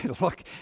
look